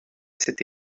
cette